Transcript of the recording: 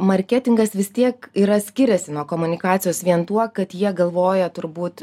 marketingas vis tiek yra skiriasi nuo komunikacijos vien tuo kad jie galvoja turbūt